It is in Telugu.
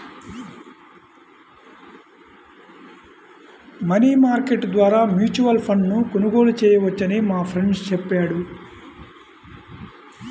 మనీ మార్కెట్ ద్వారా మ్యూచువల్ ఫండ్ను కొనుగోలు చేయవచ్చని మా ఫ్రెండు చెప్పాడు